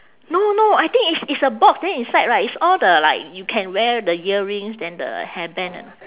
no no I think it's it's a box then inside right it's all the like you can wear the earrings then the hairband and